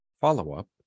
follow-up